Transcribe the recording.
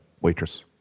waitress